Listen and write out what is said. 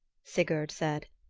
sigurd said.